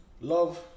Love